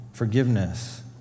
forgiveness